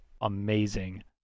amazing